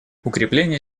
укрепление